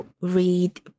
read